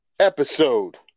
Episode